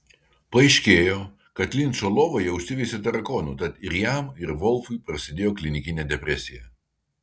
paaiškėjo kad linčo lovoje užsiveisė tarakonų tad ir jam ir volfui prasidėjo klinikinė depresija